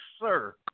sir